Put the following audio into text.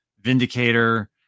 vindicator